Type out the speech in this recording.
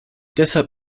deshalb